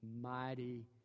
mighty